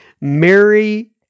Mary